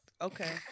Okay